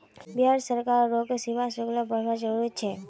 बिहार सरकार रोग सीमा शुल्क बरवार जरूरत छे